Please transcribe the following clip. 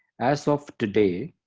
as of today,